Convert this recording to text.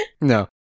No